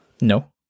No